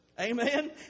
Amen